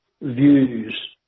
views